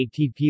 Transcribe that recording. ATP